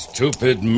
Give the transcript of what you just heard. Stupid